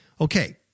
Okay